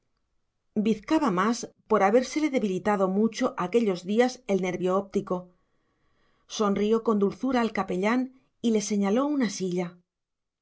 bizcaba más por habérsele debilitado mucho aquellos días el nervio óptico sonrió con dulzura al capellán y le señaló una silla